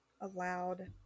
allowed